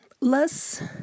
less